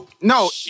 No